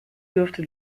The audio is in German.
dürfte